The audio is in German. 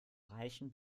reichen